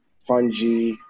fungi